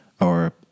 or-